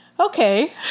Okay